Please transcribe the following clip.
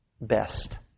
best